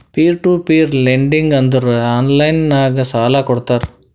peer to peer lending ಅಂದುರ್ online ನಾಗ್ ಸಾಲಾ ಕೊಡ್ತಾರ